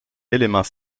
élément